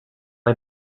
est